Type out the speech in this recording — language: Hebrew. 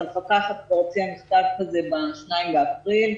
אז המפקחת כבר הוציאה מכתב כזה ב-2 באפריל.